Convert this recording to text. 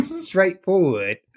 straightforward